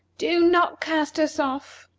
do not cast us off.